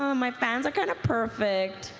um my fans are kind of perfect.